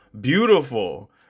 beautiful